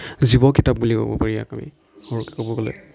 জীৱ কিতাপ বুলিয়েই ক'ব পাৰি ইয়াক আমি সৰুকৈ ক'ব গ'লে